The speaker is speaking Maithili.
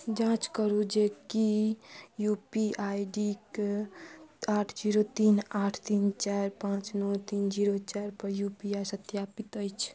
जाँच करू जे कि यूपी आई डी क आठ जीरो तीन आठ तीन चारि पाँच नओ तीन जीरो चारि यू पी आई सत्यापित अछि